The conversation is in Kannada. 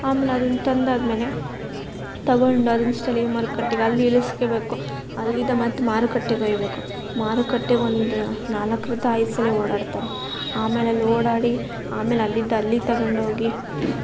ಆಮೇಲೆ ಅದನ್ನ ತಂದಾದ ಮೇಲೆ ತಗೋಂಡು ಅದನ್ನ ಸ್ಥಳೀಯ ಮಾರುಕಟ್ಟೆಗೆ ಅಲ್ಲಿ ಇಳಿಸ್ಕೊಬೇಕು ಅಲ್ಲಿಂದ ಮತ್ತೆ ಮಾರುಕಟ್ಟೆಗೆ ಒಯ್ಯಬೇಕು ಮಾರುಕಟ್ಟೆಗೆ ಒಂದು ನಾಲ್ಕರಿಂದ ಐದು ಸಲಿ ಓಡಾಡ್ತಾರೆ ಆಮೇಲೆ ಅಲ್ಲಿ ಓಡಾಡಿ ಆಮೇಲೆ ಅಲ್ಲಿಂದ ಅಲ್ಲಿಗೆ ತಗಂಡೋಗಿ